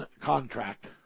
contract